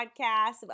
podcast